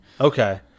Okay